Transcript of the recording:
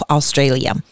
Australia